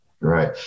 right